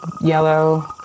yellow